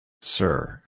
Sir